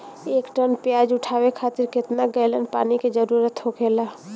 एक टन प्याज उठावे खातिर केतना गैलन पानी के जरूरत होखेला?